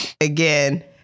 Again